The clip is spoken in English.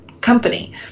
company